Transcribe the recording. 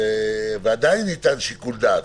ועדיין ניתן שיקול דעת,